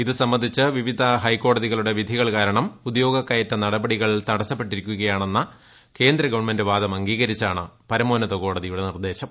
ഇത് സംബന്ധിച്ച് വിവിധ ഹൈക്കോടതികളുടെ വിധികൾ കാരണം ഉദ്യോഗകയറ്റ നടപടികൾ തടസ്സപ്പെട്ടിരിക്കുകയാണെന്ന കേന്ദ്ര ഗവൺമന്റ് വാദം അംഗീകരിച്ചാണ് പരമോന്നത കോടതിയുടെ നിർദ്ദേശം